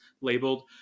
labeled